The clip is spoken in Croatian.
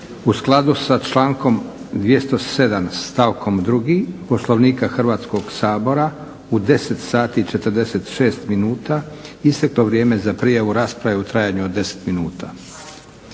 u skladu sa člankom 207. stavkom 2. Poslovnika Hrvatskog sabora u 10.46 isteklo vrijeme za prijavu rasprave u trajanju od 10 minuta.